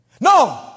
No